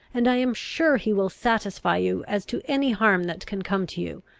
and i am sure he will satisfy you as to any harm that can come to you,